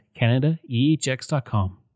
CanadaEHX.com